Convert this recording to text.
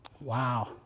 Wow